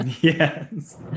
Yes